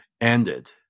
ended